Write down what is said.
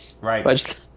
right